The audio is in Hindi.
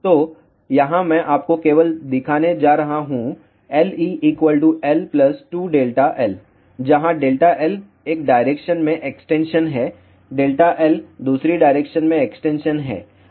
तो यहाँ मैं आपको केवल दिखाने जा रहा हूँ LeL2∆L जहाँ ∆L 1 डायरेक्शन में एक्सटेंशन है ∆Lदूसरी डायरेक्शन में एक्सटेंशन है